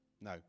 No